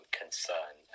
concern